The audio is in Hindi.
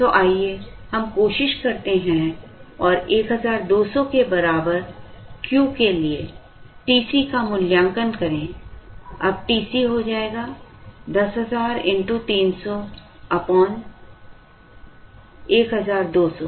तो आइए हम कोशिश करते हैं और 1200 के बराबर Q के लिए TC का मूल्यांकन करें अब TC हो जाएगा 10000 x 300 1200